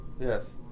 Yes